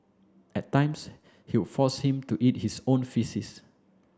at times he would force him to eat his own faeces